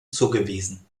zugewiesen